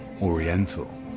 Oriental